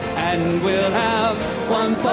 and we'll have one